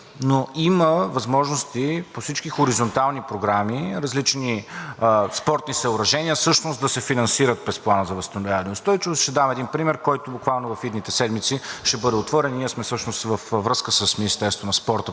но има възможности във всички хоризонтални програми и различни спортни съоръжения всъщност да се финансират през Плана за възстановяване и устойчивост. Ще дам един пример, който буквално в идните седмици ще бъде отворен. Ние сме във връзка с Министерството на спорта